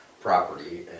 property